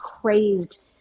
crazed